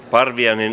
parviainen